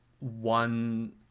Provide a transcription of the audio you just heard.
one